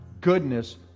goodness